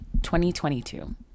2022